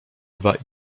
dwa